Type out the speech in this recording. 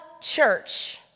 church